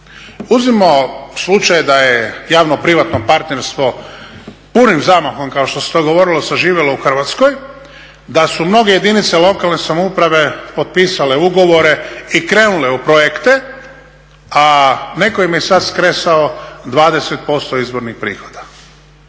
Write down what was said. Uzmimo slučaj da je javno-privatno partnerstvo punim zamahom kao što se to govorilo zaživjelo u Hrvatskoj, da su mnoge jedinice lokalne samouprave popisale ugovore i krenule u projekte a netko im je sada skresao 20% izbornih prihoda.